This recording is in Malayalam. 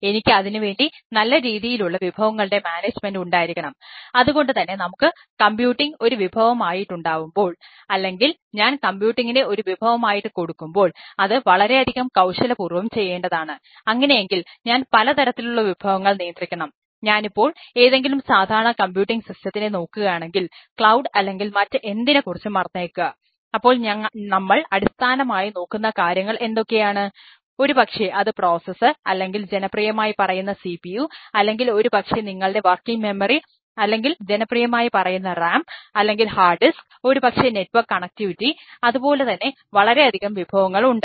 എനിക്ക് അതിനുവേണ്ടി നല്ല രീതിയിലുള്ള വിഭവങ്ങളുടെ മാനേജ്മെൻറ് അതുപോലെതന്നെ വളരെയധികം വിഭവങ്ങൾ ഉണ്ട്